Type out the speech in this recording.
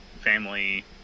family